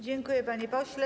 Dziękuję, panie pośle.